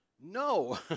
No